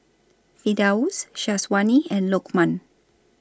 Firdaus Syazwani and Lokman